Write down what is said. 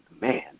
Man